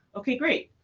okay, great.